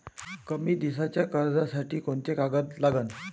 कमी दिसाच्या कर्जासाठी कोंते कागद लागन?